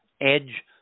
edge